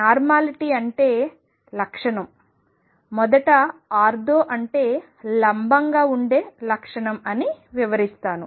normality అంటే లక్షణం మొదట ఆర్థో అంటే లంబంగా ఉండే లక్షణం అని వివరిస్తాను